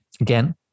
Again